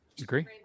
agree